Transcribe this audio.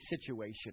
situation